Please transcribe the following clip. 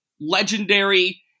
legendary